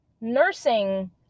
nursing